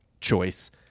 choice